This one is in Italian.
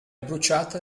bruciata